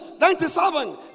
ninety-seven